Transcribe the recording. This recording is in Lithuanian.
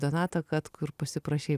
donatą katkų ir pasiprašei